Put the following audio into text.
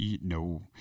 No